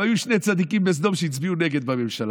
גם היו שני צדיקים בסדום שהצביעו נגד בממשלה.